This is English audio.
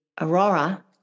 Aurora